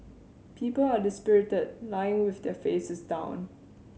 people are dispirited lying with their faces down